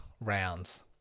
rounds